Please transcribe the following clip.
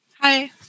Hi